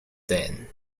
then